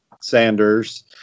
Sanders